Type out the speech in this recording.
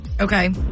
Okay